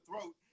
throat